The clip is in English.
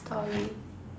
story